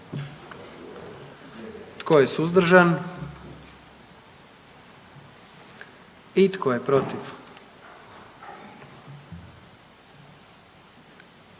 Tko je suzdržan? I tko je protiv?